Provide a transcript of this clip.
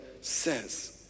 says